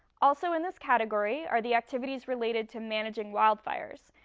also in this category are the activities related to managing wildfires.